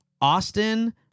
Austin